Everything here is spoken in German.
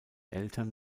eltern